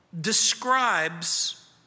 describes